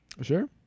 Sure